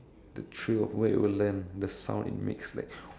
the thrill of where it will land the sound it makes like